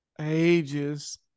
ages